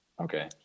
Okay